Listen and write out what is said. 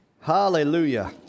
hallelujah